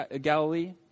Galilee